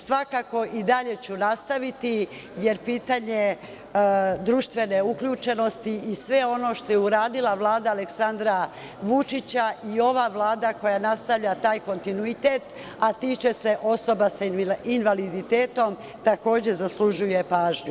Svakako i dalje ću nastaviti, jer pitanje društvene uključenosti i sve ono što je uradila Vlada Aleksandra Vučića i ova Vlada koja nastavlja taj kontinuitet, a tiče se osoba sa invaliditetom, takođe zaslužuje pažnju.